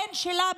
הבן שלה,